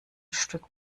stück